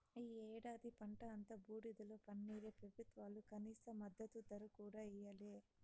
ఈ ఏడాది పంట అంతా బూడిదలో పన్నీరే పెబుత్వాలు కనీస మద్దతు ధర కూడా ఇయ్యలే